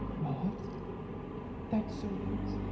what that's so crazy.